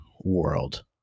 World